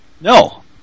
No